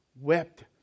wept